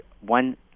one